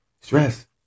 Stress